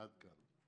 עד כאן.